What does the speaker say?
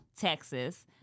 texas